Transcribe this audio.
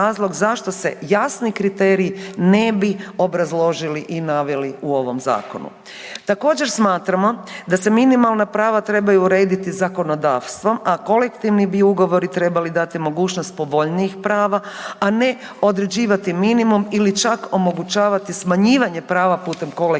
zašto se jasni kriteriji ne bi obrazložili i naveli u ovom Zakonu. Također, smatramo da se minimalna prava trebaju urediti zakonodavstvom, a kolektivni bi ugovori trebali dati mogućnost povoljnijih prava, a ne određivati minimum ili čak omogućavati smanjivanje prava putem kolektivnih